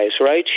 right